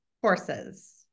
courses